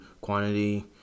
quantity